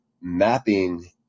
mapping